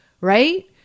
right